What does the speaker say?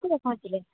କେତେବେଳେ ପହଞ୍ଚିଲେ